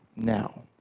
now